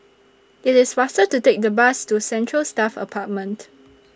IT IS faster to Take The Bus to Central Staff Apartment